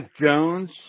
Jones